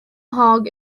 hog